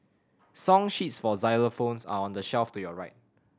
song sheets for xylophones are on the shelf to your right